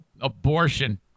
abortion